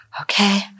okay